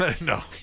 No